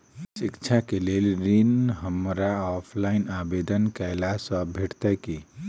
शिक्षा केँ लेल ऋण, हमरा ऑफलाइन आवेदन कैला सँ भेटतय की?